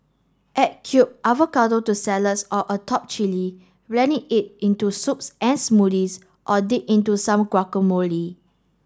add cubed avocado to salads or atop chilli blend it into soups and smoothies or dip into some guacamole